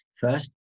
first